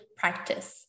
practice